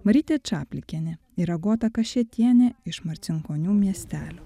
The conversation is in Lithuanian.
marytė čaplikienė ir agota kašėtienė iš marcinkonių miestelio